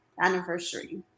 anniversary